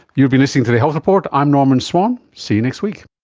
you've been listening to the health report, i'm norman swan, see you next week